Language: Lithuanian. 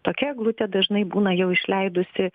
tokia eglutė dažnai būna jau išleidusi